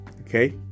okay